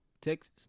Texas